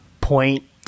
point